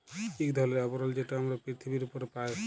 ইক ধরলের আবরল যেট আমরা পিরথিবীর উপরে পায়